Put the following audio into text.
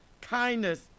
kindness